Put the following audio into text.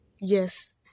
Yes